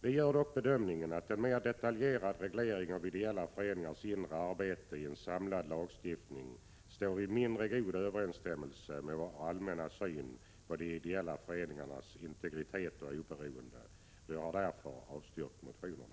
Vi gör dock bedömningen att en mer detaljerad reglering av ideella föreningars inre arbete i en samlad lagstiftning står i mindre god överensstämmelse med vår syn på de ideella föreningarnas integritet och oberoende. Vi har därför avstyrkt motionerna.